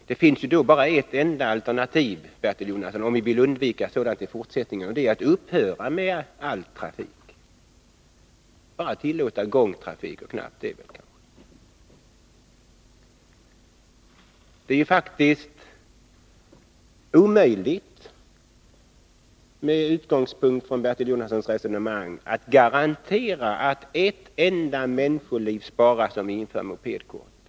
Om vi vill undvika sådant i fortsättningen finns det ju bara ett enda alternativ, Bertil Jonasson, och det är att upphöra med all fordonstrafik, att bara tillåta gångtrafik och knappt det. Med utgångspunkt i Bertil Jonassons resonemang är det ju faktiskt omöjligt att garantera att ett enda människoliv sparas, om vi inför mopedkort.